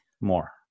more